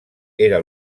era